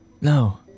No